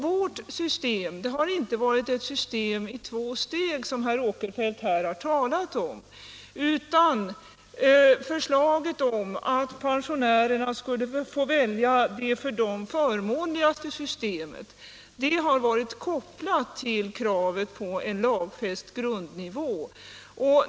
Vårt system har inte varit ett system i två steg som herr Åkerfeldt här har talat om, utan förslaget om att pensionärerna skulle få välja det för dem förmånligaste systemet har varit kopplat till kravet på en lagfäst grundnivå.